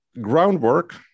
groundwork